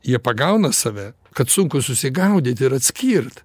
jie pagauna save kad sunku susigaudyt ir atskirt